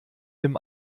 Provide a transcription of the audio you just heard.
dem